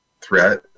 threat